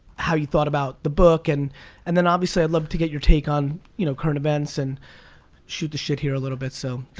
how you thought about the book and and then obviously i'd like to get your take on you know current events and shoot the shit here a little bit. so